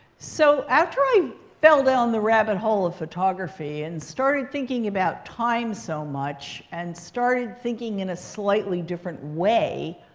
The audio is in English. so after i fell down the rabbit hole of photography and started thinking about time so much and started thinking in a slightly different way,